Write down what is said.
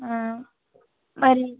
పది